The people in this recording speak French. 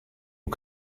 aux